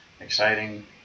exciting